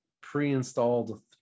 pre-installed